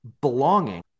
belonging